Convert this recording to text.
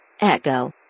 Echo